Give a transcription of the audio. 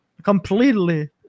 Completely